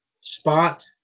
Spot